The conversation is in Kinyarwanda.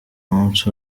munsi